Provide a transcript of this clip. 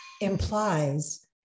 implies